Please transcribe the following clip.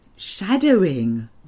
shadowing